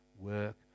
work